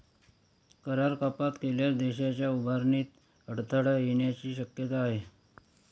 करात कपात केल्यास देशाच्या उभारणीत अडथळा येण्याची शक्यता आहे